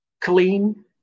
clean